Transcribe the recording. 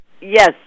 Yes